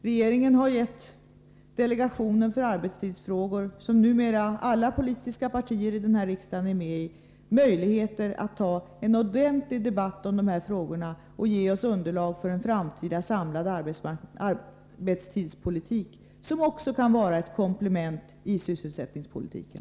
Regeringen har gett delegationen för arbetstidsfrågor, som numera alla politiska partier i denna riksdag är med i, möjligheter att ta en ordentlig debatt om dessa frågor och ge oss underlag för en framtida samlad arbetstidspolitik, som också kan vara ett komplement i sysselsättningspolitiken.